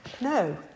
No